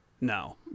No